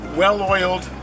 well-oiled